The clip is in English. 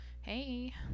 hey